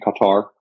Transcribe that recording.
Qatar